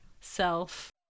self